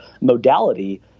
modality